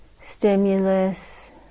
stimulus